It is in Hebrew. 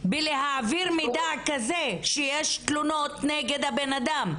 החסם בלהעביר מידע כזה שיש תלונות נגד האדם?